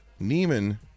Neiman